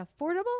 affordable